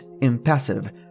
impassive